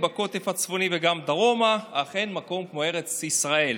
בקוטב הצפוני וגם דרומה / אך אין מקום כמו ארץ ישראל".